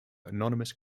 anonymous